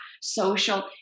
social